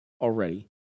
already